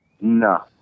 no